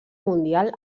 mundial